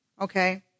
okay